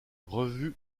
revue